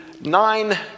nine